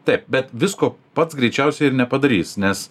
taip bet visko pats greičiausiai ir nepadarys nes